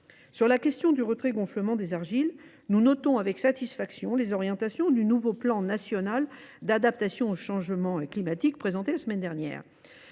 Concernant le retrait gonflement des argiles, nous accueillons avec satisfaction les orientations du nouveau plan national d’adaptation au changement climatique présenté la semaine dernière,